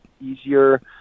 easier